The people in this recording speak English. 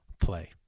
play